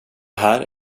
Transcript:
här